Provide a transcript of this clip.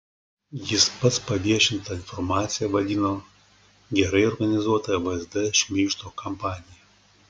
jis pats paviešintą informaciją vadino gerai organizuota vsd šmeižto kampanija